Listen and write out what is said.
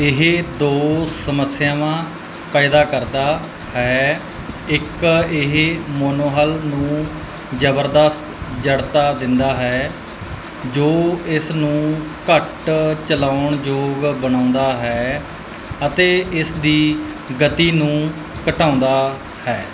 ਇਹ ਦੋ ਸਮੱਸਿਆਵਾਂ ਪੈਦਾ ਕਰਦਾ ਹੈ ਇੱਕ ਇਹ ਮੋਨੋਹਲ ਨੂੰ ਜ਼ਬਰਦਸਤ ਜੜਤਾ ਦਿੰਦਾ ਹੈ ਜੋ ਇਸ ਨੂੰ ਘੱਟ ਚਲਾਉਣ ਯੋਗ ਬਣਾਉਂਦਾ ਹੈ ਅਤੇ ਇਸ ਦੀ ਗਤੀ ਨੂੰ ਘਟਾਉਂਦਾ ਹੈ